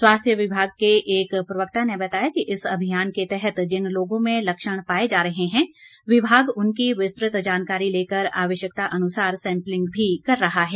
स्वास्थ्य विभाग के एक प्रवक्ता ने बताया कि इस अभियान के तहत जिन लोगों में लक्षण पाए जा रहे हैं विभाग उनकी विस्तृत जानकारी लेकर आवश्यकता अनुसार सैंपलिंग भी कर रहा है